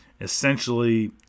Essentially